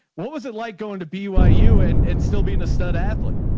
what was it like going to byu and, and still being a stud athlete